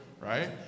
right